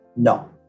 No